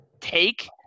take